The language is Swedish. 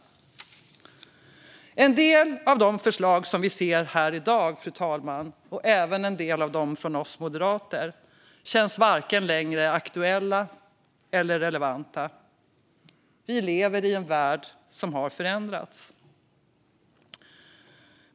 Radio och tv i allmän-hetens tjänst En del av de förslag som vi ser här i dag, fru talman - även en del av förslagen från oss moderater - känns varken aktuella eller relevanta längre. Vi lever i en värld som har förändrats.